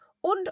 und